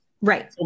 right